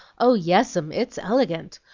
oh yes, m, it's elegant!